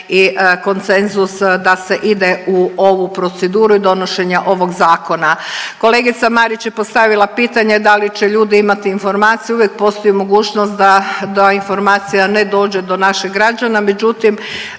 i koncenzus da se ide u ovu proceduru i donošenja ovog Zakona. Kolegica Marić je postavila pitanje da li će ljudi imati informaciju, uvijek postoji mogućnost da informacija ne dođe do našeg građana, međutim,